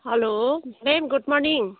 hello ma'am good morning